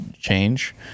change